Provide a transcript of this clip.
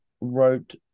wrote